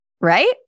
right